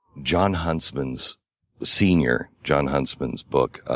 john huntsman's the senior john huntsman's book,